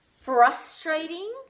frustrating